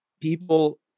people